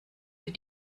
für